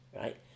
right